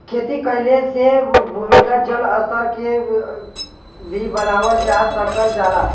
खेती कइले से भूमिगत जल स्तर के भी बनावल रखल जा सकल जाला